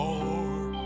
Lord